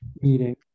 meeting